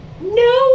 No